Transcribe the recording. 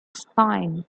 spine